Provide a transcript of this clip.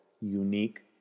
Unique